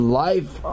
life